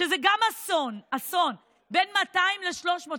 שזה גם אסון, אסון, בין 200 ל-300.